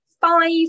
five